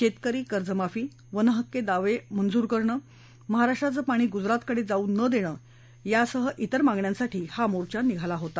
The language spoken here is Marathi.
शेतकरी कर्ज माफी वन हक्क दावे मंजूर करणं महाराष्ट्राचं पाणी गुजरातकडे जाऊ न देणं यासह अन्य मागण्यांसाठी हा मोर्चा निघाला होता